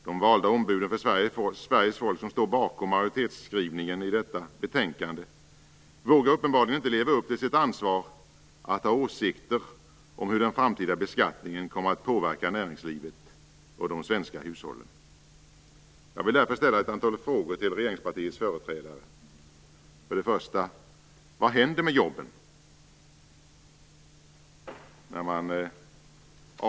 De valda ombud för Sveriges folk som står bakom majoritetsskrivningen i detta betänkande vågar uppenbarligen inte leva upp till sitt ansvar att ha åsikter om hur den framtida beskattningen kommer att påverka näringslivet och de svenska hushållen. Jag vill därför ställa ett antal frågor till regeringspartiets företrädare. 2.